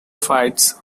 fights